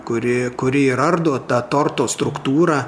kuri kuri ir ardo tą torto struktūrą